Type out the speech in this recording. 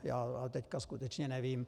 Já teď skutečně nevím.